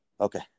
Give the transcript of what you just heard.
Okay